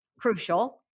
crucial